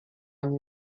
nie